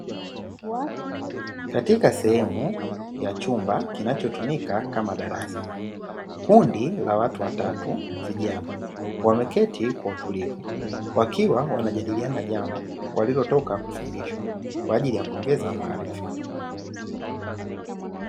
Katika sehemu ya chumba kinachotumika kama darasa, kundi la watu watatu vijana wameketi kwa utulivu wakiwa wanajadiliana jambo walilotoka kufundishwa kwa ajili ya kuongeza maarifa.